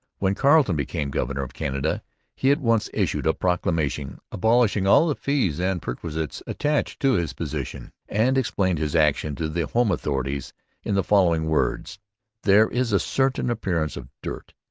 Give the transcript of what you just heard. when carleton became governor of canada he at once issued a proclamation abolishing all the fees and perquisites attached to his position and explained his action to the home authorities in the following words there is a certain appearance of dirt,